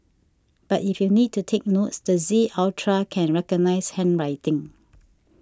but if you need to take notes the Z Ultra can recognise handwriting